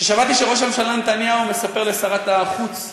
כששמעתי שראש הממשלה מספר לשרת החוץ באוסטרליה,